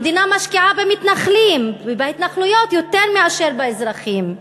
המדינה משקיעה במתנחלים ובהתנחלויות יותר מאשר באזרחים,